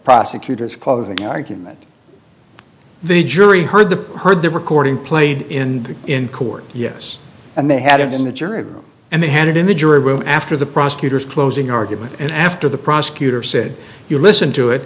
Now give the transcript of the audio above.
prosecutor's closing argument the jury heard the heard the recording played in in court yes and they had it in the jury room and they had it in the jury room after the prosecutor's closing argument and after the prosecutor said you listen to it